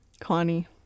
Connie